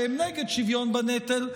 שהן נגד שוויון בנטל,